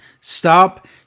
Stop